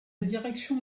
direction